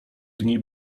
dni